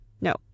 No